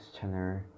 channel